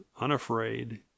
unafraid